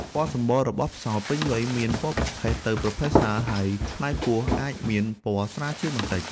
ពណ៌សម្បុររបស់ផ្សោតពេញវ័យមានពណ៌ប្រផេះទៅប្រផេះស្រាល ហើយផ្នែកពោះអាចមានពណ៌ស្រាលជាងបន្តិច។